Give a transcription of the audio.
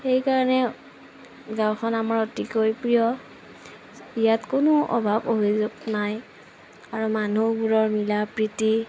সেইকাৰণে গাঁওখন আমাৰ অতিকৈ প্ৰিয় ইয়াত কোনো অভাৱ অভিযোগ নাই আৰু মানুহবোৰৰ মিলা প্ৰীতি